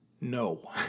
No